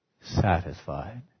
satisfied